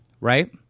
right